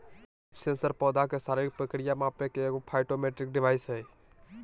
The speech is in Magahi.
लीफ सेंसर पौधा के शारीरिक प्रक्रिया मापे के एगो फाइटोमेट्रिक डिवाइस हइ